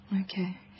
Okay